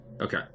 Okay